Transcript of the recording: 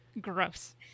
Gross